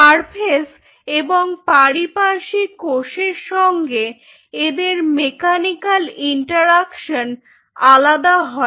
surface এবং পারিপার্শ্বিক কোষের সঙ্গে এদের মেকানিকাল ইন্টারেকশন আলাদা হয়